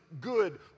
good